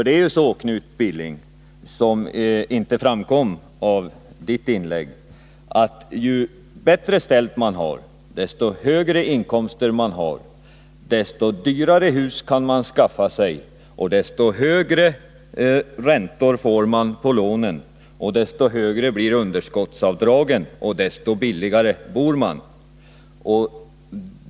Det är ju så, vilket inte framgick av Knut Billings inlägg, att ju högre inkomster man hår, desto dyrare hus kan man skaffa sig, desto högre räntor får man på lånen, desto större blir underskottsavdragen och desto billigare bor man.